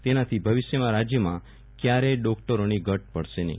તેનાથી ભવિષ્યમાં રાજયમાં ક્યારેય ડોક્ટરોની ઘટ પડશે નહીં